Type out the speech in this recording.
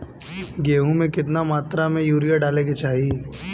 गेहूँ में केतना मात्रा में यूरिया डाले के चाही?